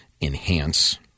enhance